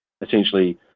essentially